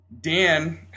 dan